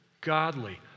godly